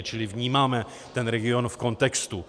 Čili vnímáme ten region v kontextu.